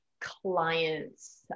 clients